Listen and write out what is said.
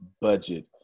budget